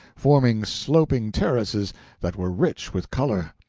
forming sloping terraces that were rich with color.